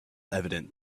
evident